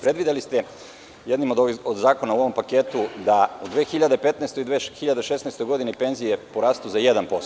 Predvideli ste u jednom od ovih zakona u paketu da u 2015. i 2016. godini penzije porastu za 1%